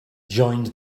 joined